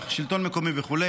שלטון מקומי וכו'.